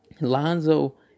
Lonzo